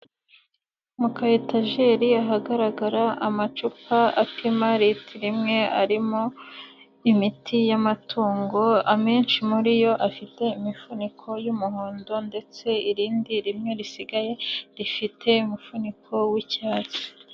Mukayetajeri ahagaragara amacupa apima ritiro imwe arimo imiti y'amatungo amenshi muri yo afite imifuniko y'umuhondo ndetse irindi rimwe risigaye rifite umufuniko w'icyatsi.